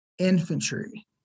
infantry